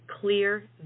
clear